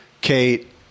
Kate